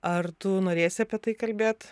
ar tu norėsi apie tai kalbėt